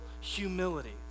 humility